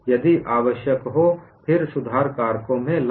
यदि आवश्यक हों फिर सुधार कारकों में लाएं